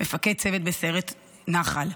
מפקד צוות בסיירת נח"ל,